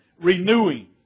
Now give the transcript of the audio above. renewing